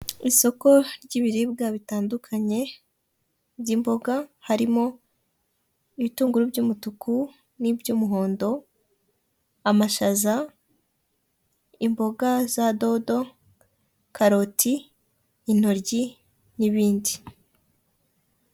Isoko ry'ibiribwa bitandukanye by'imboga, harimo ibitunguru by'umutuku n'iby'umuhondo, amashaza, imboga za dodo, karoti, intoryi n'ibindi.